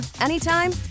anytime